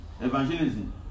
Evangelism